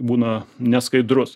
būna neskaidrus